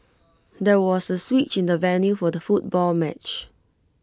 there was A switch in the venue for the football match